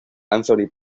anthony